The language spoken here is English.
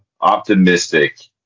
optimistic